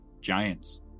giants